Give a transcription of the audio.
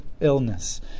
illness